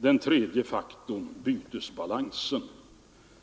den tredje faktorn, bytesbalansen.